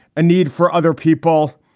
a need for other people.